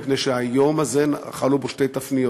מפני שהיום הזה חלו בו שתי תפניות.